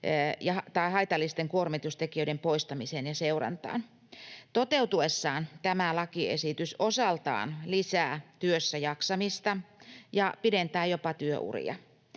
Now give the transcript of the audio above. ja haitallisten kuormitustekijöiden poistamiseen ja seurantaan. Toteutuessaan tämä lakiesitys osaltaan lisää työssäjaksamista ja jopa pidentää työuria.